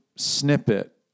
snippet